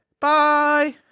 Bye